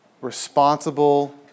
responsible